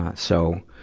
so,